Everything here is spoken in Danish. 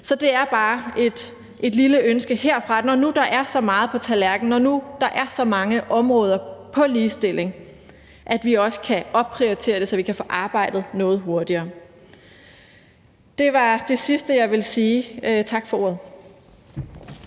Så det er bare et lille ønske herfra, når nu der er så meget på tallerkenen, når nu der er så mange områder på ligestilling, at vi også kan opprioritere det, så vi kan få arbejdet noget hurtigere. Det var det sidste, jeg ville sige. Tak for ordet.